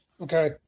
Okay